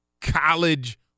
college